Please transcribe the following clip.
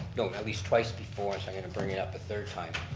no at least twice before, so i'm going to bring it up a third time.